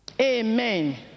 Amen